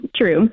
True